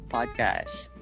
Podcast